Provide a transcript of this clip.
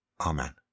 Amen